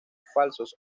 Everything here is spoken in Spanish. falsos